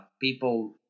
people